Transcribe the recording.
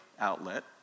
outlet